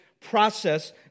process